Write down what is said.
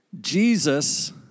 Jesus